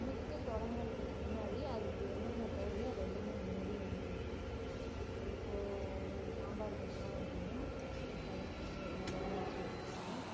சமைக்கத் தொடங்குறதுக்கு முன்னாடி அதுக்கு என்னென்ன தேவையோ அதை எல்லாம் முன்னாடி எடுத்து வச்சுக்குவேன் இப்போது ஒரு சாம்பார் வைக்கிறோம் அப்படின்னா ஃபஸ்ட்டு பருப்பு எல்லாம் வேக வச்சு எடுத்துடுங்க